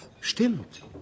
Stimmt